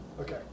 Okay